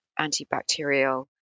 antibacterial